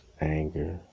anger